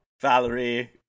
Valerie